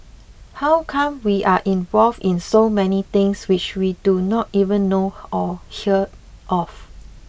how come we are involved in so many things which we do not even know or hear of